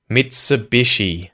Mitsubishi